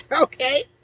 okay